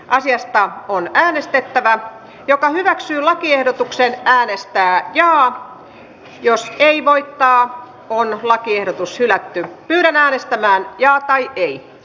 asiasta on äänestettävä joko hyväksyy lakiehdotuksen äänestin jaa jos ei voittaa on lakiehdotus hylätyn kylän äänestämään ja tai e i